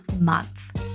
month